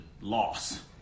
loss